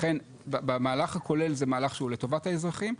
לכן המהלך הכולל הוא מהלך שהוא לטובת האזרחים,